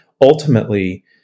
ultimately